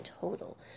total